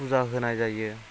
फुजा होनाय जायो